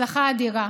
הצלחה אדירה,